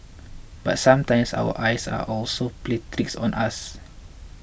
but sometimes our eyes also plays tricks on us